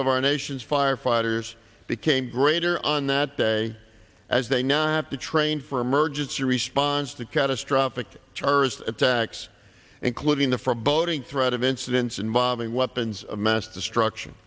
of our nation's firefighters became greater on that day as they now have to train for emergency response to catastrophic terrorist attacks including the forboding threat of incidents involving weapons of mass destruction